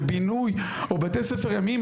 בבינוי או בתי ספר ימיים,